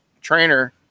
trainer